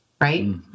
right